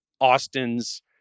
Austin's